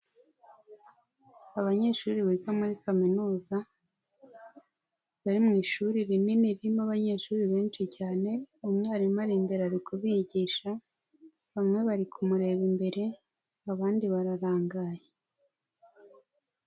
Abanyeshuri biga muri kaminuza, bari mu ishuri rinini ririmo abanyeshuri benshi cyane, umwarimu ari imbere ari kubigisha, bamwe bari kumureba imbere abandi bararangaye.